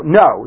no